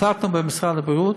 החלטנו במשרד הבריאות